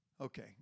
Okay